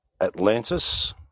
Atlantis